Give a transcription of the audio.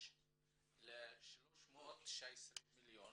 ל-319 מיליון